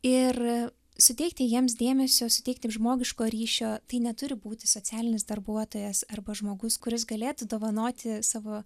ir suteikti jiems dėmesio suteikti žmogiško ryšio tai neturi būti socialinis darbuotojas arba žmogus kuris galėtų dovanoti savo